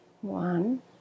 One